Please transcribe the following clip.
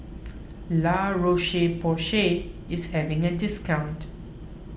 La Roche Porsay is having a discount